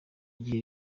gihe